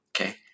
okay